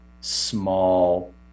small